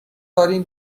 داریم